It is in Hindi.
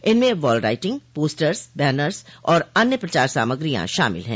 इनमें वॉल राइटिंग पोस्टर्स बैनर्स और अन्य प्रचार सामग्रिया शामिल हैं